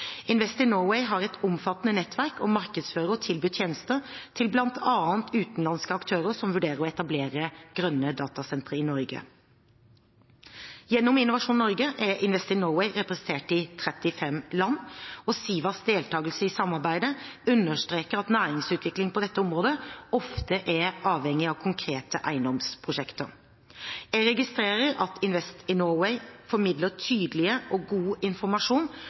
Invest in Norway har et omfattende nettverk og markedsfører og tilbyr tjenester til bl.a. utenlandske aktører som vurderer å etablere grønne datasentre i Norge. Gjennom Innovasjon Norge er Invest in Norway representert i 35 land. SIVAs deltakelse i samarbeidet understreker at næringsutvikling på dette området ofte er avhengig av konkrete eiendomsprosjekter. Jeg registrerer at Invest in Norway formidler tydelig og god informasjon